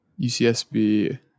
UCSB